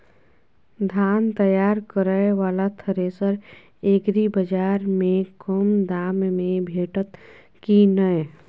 धान तैयार करय वाला थ्रेसर एग्रीबाजार में कम दाम में भेटत की नय?